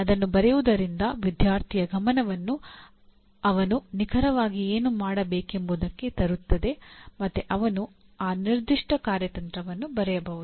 ಅದನ್ನು ಬರೆಯುವುದರಿಂದ ವಿದ್ಯಾರ್ಥಿಯ ಗಮನವನ್ನು ಅವನು ನಿಖರವಾಗಿ ಏನು ಮಾಡಬೇಕೆಂಬುವುದಕ್ಕೆ ತರುತ್ತದೆ ಮತ್ತು ಅವನು ಆ ನಿರ್ದಿಷ್ಟ ಕಾರ್ಯತಂತ್ರವನ್ನು ಬರೆಯಬಹುದು